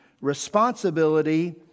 responsibility